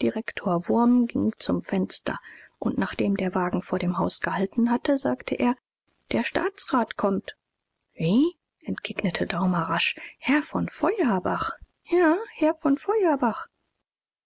direktor wurm ging zum fenster und nachdem der wagen vor dem haus gehalten hatte sagte er der staatsrat kommt wie entgegnete daumer rasch herr von feuerbach ja herr von